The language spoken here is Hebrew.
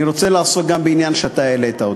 אני רוצה לעסוק גם בעניין שאתה העלית.